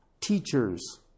teachers